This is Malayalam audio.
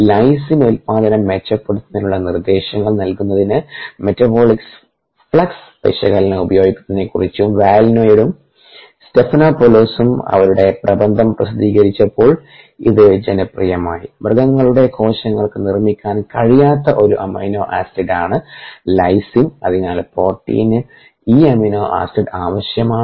ലൈസിൻ ഉൽപാദനം മെച്ചപ്പെടുത്തുന്നതിനുള്ള നിർദ്ദേശങ്ങൾ നൽകുന്നതിന് മെറ്റബോളിക് ഫ്ലക്സ് വിശകലനം ഉപയോഗിക്കുന്നതിനെക്കുറിച്ച് വാലിനോയും സ്റ്റെഫനോപോലോസും അവരുടെ പ്രബന്ധം പ്രസിദ്ധീകരിച്ചപ്പോൾ ഇത് ജനപ്രിയമായി മൃഗങ്ങളുടെ കോശങ്ങൾക്ക് നിർമ്മിക്കാൻ കഴിയാത്ത ഒരു അമിനോ ആസിഡാണ് ലൈസിൻ അതിനാൽ പ്രോട്ടീന് ഈ അമിനോ ആസിഡ് ആവശ്യമാണ്